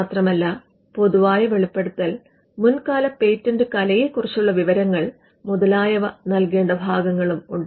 മാത്രമല്ല പൊതുവായ വെളിപ്പെടുത്തൽ മുൻകാല പേറ്റന്റ് കലയെ കുറിച്ചുള്ള വിവരങ്ങൾ മുതലായവ നൽകേണ്ട ഭാഗങ്ങളുമുണ്ട്